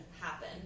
happen